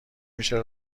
میشه